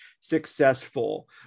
successful